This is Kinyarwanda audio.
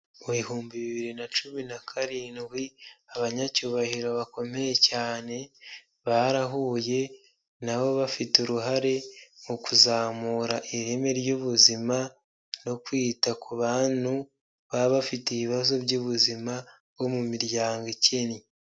Mu bihumbi bibiri na cumi na karindwi abanyacyubahiro bakomeye cyane barahuye, nabo bafite uruhare mu kuzamura ireme ry'ubuzima no kwita ku bantu baba bafite ibibazo by'ubuzima bwo mu miryango ikennye.